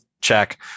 Check